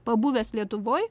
pabuvęs lietuvoj